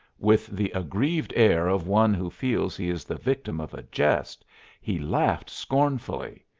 with the aggrieved air of one who feels he is the victim of a jest he laughed scornfully.